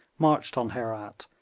marched on herat,